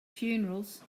funerals